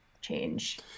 change